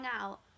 out